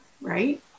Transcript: right